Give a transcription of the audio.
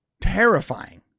terrifying